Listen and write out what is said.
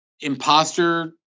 imposter